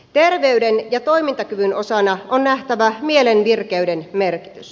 terveyden ja toimintakyvyn osana on nähtävä mielen virkeyden merkitys